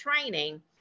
training